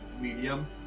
Medium